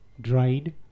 dried